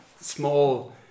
small